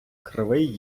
кривий